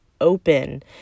open